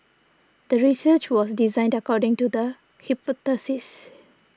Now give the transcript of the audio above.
the research was designed according to the hypothesis